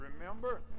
Remember